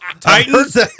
Titans